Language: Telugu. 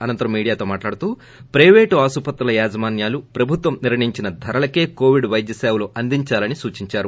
అనంతరం మీడియాతో మాట్లాడుతూ ప్రయిపేటు ఆసుపత్రుల యాజమాన్యాలు ప్రభుత్వం నిర్ణయించిన ధరలకే కోవిడ్ వైద్య సేవలు అందించాలని సూచించారు